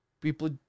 People